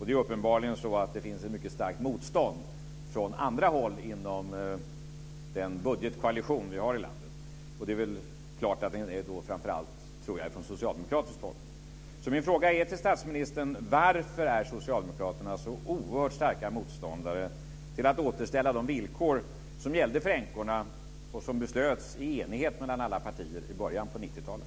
Det är uppenbarligen så att det finns ett mycket starkt motstånd från andra håll inom den budgetkoalition vi har i landet. Jag tror att det framför allt kommer från socialdemokratiskt håll. Min fråga till statsministern är: Varför är socialdemokraterna så oerhört starka motståndare till att återställa de villkor som gällde för änkorna och som beslöts i enighet mellan alla partier i början på 90 talet?